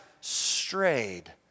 strayed